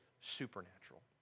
supernatural